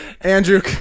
Andrew